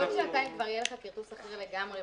בעוד שנתיים יהיה לך כרטוס אחר לגמרי